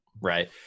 right